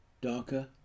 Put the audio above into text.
darker